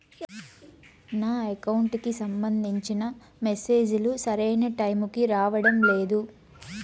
నా అకౌంట్ కి సంబంధించిన మెసేజ్ లు సరైన టైముకి రావడం లేదు